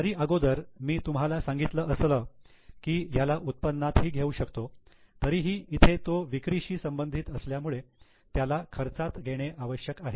जरी अगोदर मी तुम्हाला सांगितलं असलं की ह्याला उत्पन्नातही घेऊ शकतो तरीही इथे तो विक्रीशी संबंधित असल्यामुळे त्याला खर्चात घेणे आवश्यक आहे